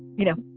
you know,